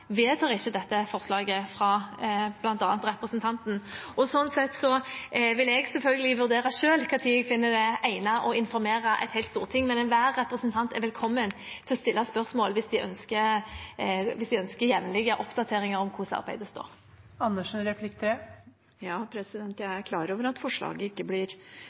ikke dette forslaget fra bl.a. representanten, og sånn sett vil jeg selvfølgelig selv vurdere når jeg finner det egnet å informere et helt storting. Men enhver representant er velkommen til å stille spørsmål hvis de ønsker jevnlige oppdateringer om hvordan arbeidet står. Ja, jeg er klar over at forslaget ikke blir